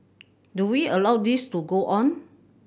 do we allow this to go on